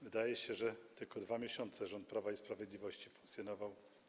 Wydaje się, że tylko 2 miesiące rząd Prawa i Sprawiedliwości wówczas funkcjonował.